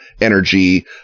energy